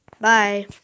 bye